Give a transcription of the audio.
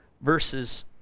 verses